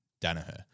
Danaher